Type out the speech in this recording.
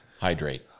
Hydrate